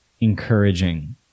encouraging